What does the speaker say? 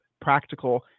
practical